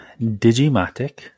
digimatic